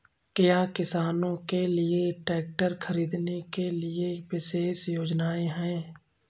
क्या किसानों के लिए ट्रैक्टर खरीदने के लिए विशेष योजनाएं हैं?